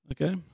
okay